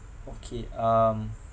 okay um